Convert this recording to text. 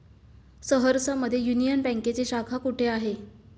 सहरसा मध्ये युनियन बँकेची शाखा कुठे आहे?